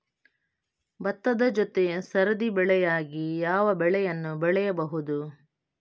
ಭತ್ತದ ಜೊತೆ ಸರದಿ ಬೆಳೆಯಾಗಿ ಯಾವ ಬೆಳೆಯನ್ನು ಬೆಳೆಯಬಹುದು?